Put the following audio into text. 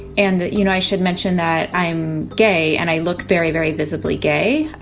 and you know i should mention that i'm gay and i look very, very visibly gay